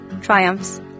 triumphs